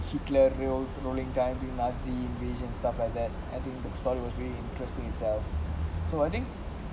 hitler ruling time you know nazi invasion stuff like that I think the story was really interesting itself so I think